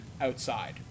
outside